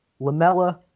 Lamella